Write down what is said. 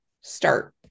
start